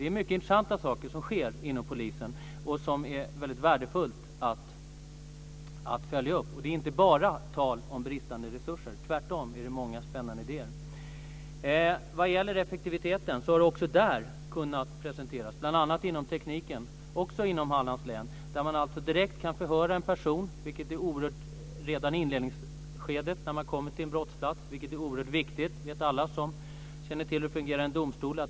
Det är mycket intressanta saker som sker inom polisen och som är mycket värdefullt att följa upp. Det är inte bara tal om bristande resurser. Det finns tvärtom många spännande idéer. Vad gäller effektiviteten har det också där kunnat presenteras framsteg bl.a. genom tekniken. Det gäller också inom Hallands län. Man kan direkt förhöra en person redan i inledningsskedet när man kommer till en brottsplats, vilket är oerhört viktigt. Det vet alla som känner till hur det fungerar i en domstol.